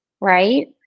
right